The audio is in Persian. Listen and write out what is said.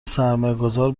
سرمایهگذار